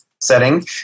setting